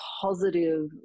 positive